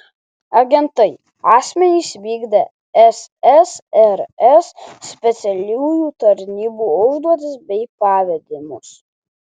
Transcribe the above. agentai asmenys vykdę ssrs specialiųjų tarnybų užduotis bei pavedimus